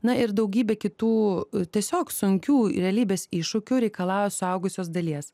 na ir daugybė kitų tiesiog sunkių realybės iššūkių reikalauja suaugusios dalies